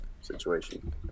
situation